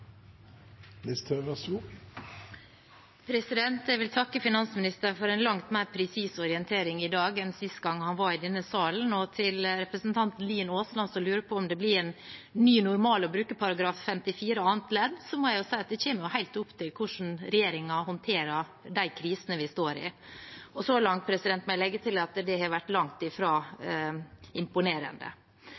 Jeg vil takke finansministeren for en langt mer presis orientering i dag enn sist gang han var i denne salen. Til representanten Aasland, som lurer på om det blir en ny normal å bruke § 54 annet ledd i forretningsordenen, må jeg si at det kommer helt an på hvordan regjeringen håndterer de krisene vi står i. Så langt, må jeg legge til, har det vært langt fra imponerende.